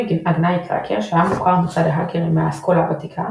כינוי הגנאי "קראקר" שהיה מוכר מצד ההאקרים מהאסכולה הוותיקה,